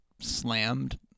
slammed